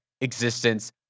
existence